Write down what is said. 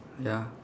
ya